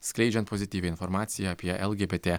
skleidžiant pozityvią informaciją apie lgbt